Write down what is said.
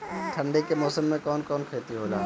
ठंडी के मौसम में कवन कवन खेती होला?